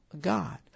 God